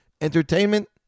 Entertainment